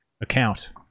account